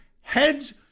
heads